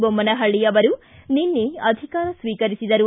ಬೊಮ್ನಹಳ್ಳಿ ಅವರು ನಿನ್ನೆ ಅಧಿಕಾರ ಸ್ತೀಕರಿಸಿದರು